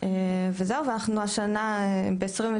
ב-22'